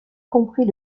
compris